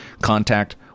contact